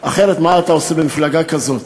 אחרת מה אתה עושה במפלגה כזאת?